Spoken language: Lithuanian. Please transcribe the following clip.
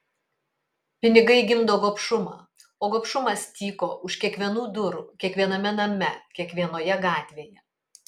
pinigai gimdo gobšumą o gobšumas tyko už kiekvienų durų kiekviename name kiekvienoje gatvėje